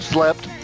Slept